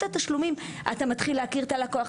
התשלומים אתה מתחיל להכיר את הלקוח,